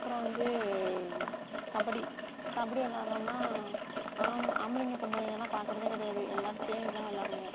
அப்புறம் வந்து கபடி கபடி விளாட்றோன்னா ஆம் ஆம்பளைங்க பொம்பளைங்களாம் பார்க்குறதே கிடையாது எல்லாரும் சேர்ந்துதான் விளாடுவோம்